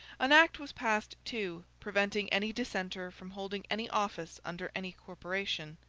an act was passed, too, preventing any dissenter from holding any office under any corporation.